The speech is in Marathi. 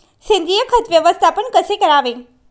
सेंद्रिय खत व्यवस्थापन कसे करावे?